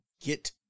get